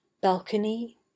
balcony